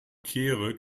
kehre